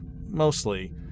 mostly